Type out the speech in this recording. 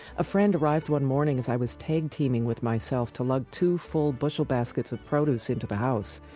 a friend arrived one morning as i was tag-teaming with myself to lug two, full bushel-baskets of produce into the house.